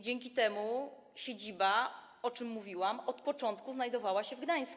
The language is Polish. Dzięki temu siedziba, o czym mówiłam, od początku znajdowała się w Gdańsku.